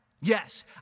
Yes